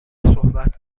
صحبت